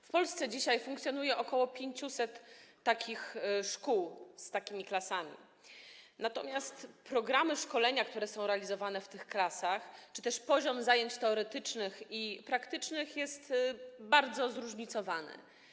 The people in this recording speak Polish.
W Polsce dzisiaj funkcjonuje ok. 500 szkół z takimi klasami, natomiast programy szkolenia, które są realizowane w tych klasach, czy też poziom zajęć teoretycznych i praktycznych są bardzo zróżnicowane.